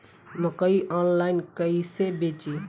मकई आनलाइन कइसे बेची?